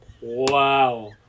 Wow